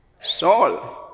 soul